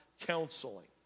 counseling